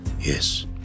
Yes